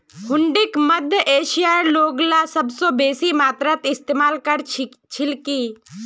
हुंडीक मध्य एशियार लोगला सबस बेसी मात्रात इस्तमाल कर छिल की